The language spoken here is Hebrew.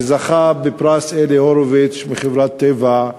שזכה בפרס אלי הורביץ מחברת "טבע"